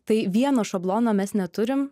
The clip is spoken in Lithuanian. tai vieno šablono mes neturim